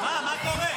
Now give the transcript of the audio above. מה קורה?